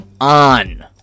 on